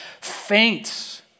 faints